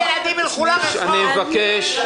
אני מבקש.